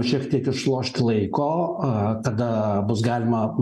šiek tiek išlošti laiko tada bus galima